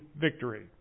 victory